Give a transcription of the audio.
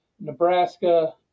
Nebraska